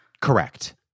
Correct